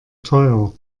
teuer